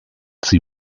sie